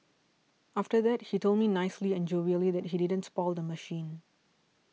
after that he told me nicely and jovially that he didn't spoil the machine